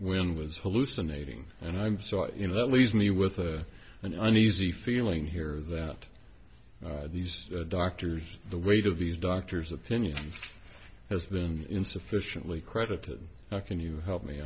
when was hallucinating and i'm sorry you know that leaves me with a an uneasy feeling here that these doctors the weight of these doctors opinion has been insufficiently credited how can you help me